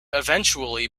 eventually